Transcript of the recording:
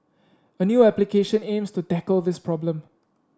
a new application aims to tackle this problem